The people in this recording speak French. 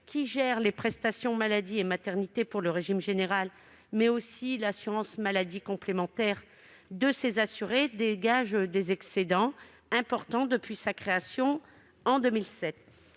qui gère les prestations maladie et maternité pour le régime général, mais aussi l'assurance maladie complémentaire de ses assurés, dégage des excédents importants depuis sa création en 2007.